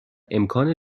امکان